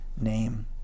name